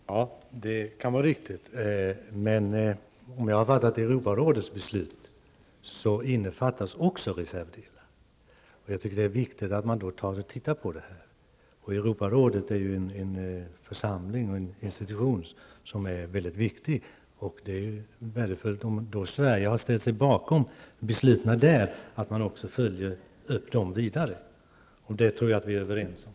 Fru talman! Det kan vara riktigt. Men om jag har fattat Europarådets beslut rätt innefattas i det också reservdelar. Det är viktigt att man då tittar närmare på det här. Europarådet är ju en institution som är viktig. Om Sverige har ställt sig bakom besluten där är det viktigt att vi också följer upp dem vidare. Det tror jag att vi är överens om.